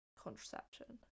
contraception